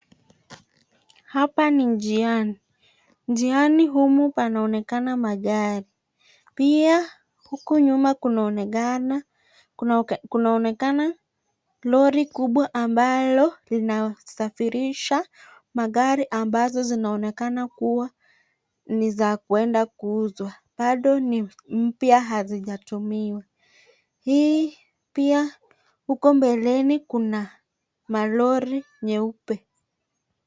Hapa ni njiani. Njiani humu panaonekana magari. Pia huku nyuma kunaonekana lori kubwa ambalo linasafirisha magari ambazo zinaonekana kuwa ni za kwenda kuuzwa. Bado ni mpya hazijatumiwa. Hii pia huko mbeleni kuna malori nyeupe.